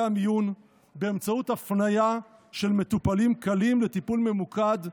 המיון באמצעות הפניה של מטופלים קלים לטיפול ממוקד,